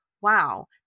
wow